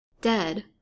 Dead